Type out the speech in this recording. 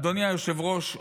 אדוני היושב-ראש,